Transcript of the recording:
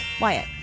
Wyatt